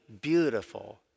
beautiful